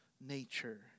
nature